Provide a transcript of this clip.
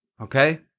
Okay